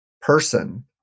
person